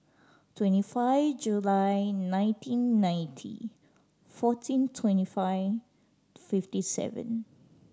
twenty five July nineteen ninety fourteen twenty five fifty seven